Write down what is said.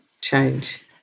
change